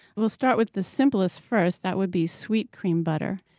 we'll start with the simplest first that would be sweet cream butter.